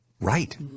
Right